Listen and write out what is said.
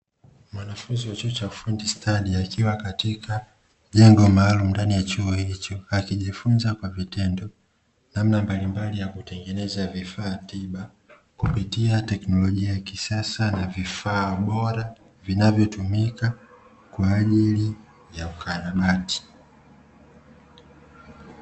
Mwanafunzi wa chuo cha Ufundi Stadi akiwa katika jengo maalumu ndani ya chuo hicho, akijifunza kwa vitendo namna mbalimbali vya kutengeneza vifaatiba kupitia teknolojia ya kisasa na vifaa bora vinavyotumika kwaajili ya ukarabati.